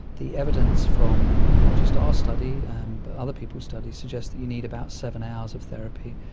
the evidence from not just our study but other people's studies suggests that you need about seven hours of therapy.